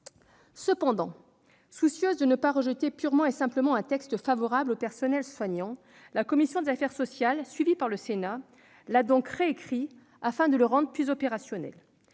Cependant, soucieuse de ne pas rejeter purement et simplement un texte favorable aux personnels soignants, la commission des affaires sociales, suivie par le Sénat, a réécrit ledit texte afin de le rendre plus opérationnel.